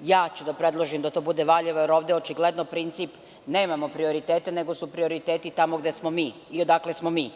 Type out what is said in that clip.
ja ću da predložim da to bude Valjevo, jer ovde je očigledno princip – nemamo prioritete, nego su prioriteti tamo gde smo mi i odakle smo mi.